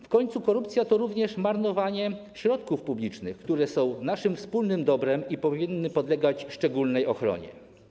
W końcu korupcja to również marnowanie środków publicznych, które są naszym wspólnym dobrem i powinny podlegać szczególnej ochronie.